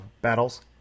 battles